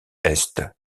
est